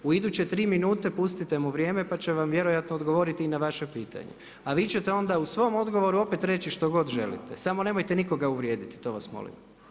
U iduće tri minute pustite mu vrijeme pa će vam vjerojatno odgovoriti i na vaše pitanje, a vi ćete onda u svom odgovoru opet reći što god želite, samo nemojte nikoga uvrijediti, to vas molim.